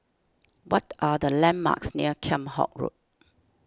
what are the landmarks near Kheam Hock Road